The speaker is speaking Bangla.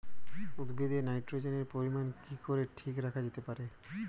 উদ্ভিদে নাইট্রোজেনের পরিমাণ কি করে ঠিক রাখা যেতে পারে?